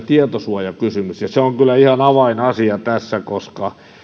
tietosuojakysymys se on kyllä ihan avainasia tässä koska